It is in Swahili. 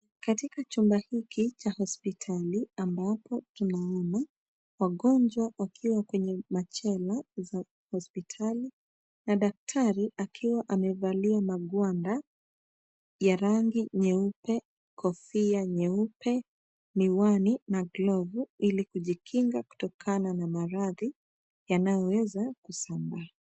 Katika chumba hiki cha hospitali ,ambapo tunaona wagonjwa wakiwa kwenye machela za hospitali, na daktari akiwa amevalia magwanda ya rangi nyeupe, kofia nyeupe, miwani na glovu ili kujikinga kutokana na maradhi yanayo weza kusambaa.